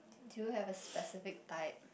do you have a specific type